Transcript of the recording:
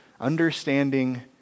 understanding